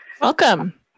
Welcome